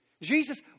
Jesus